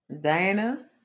Diana